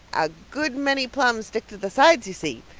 a good many plums stick to the sides, you see.